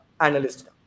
analyst